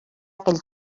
aquell